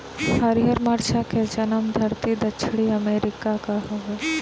हरिहर मरचा के जनमधरती दक्षिण अमेरिका हवे